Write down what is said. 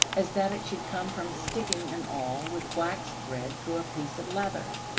as that it should come from sticking an awl with waxed thread through a piece of leather.